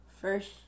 First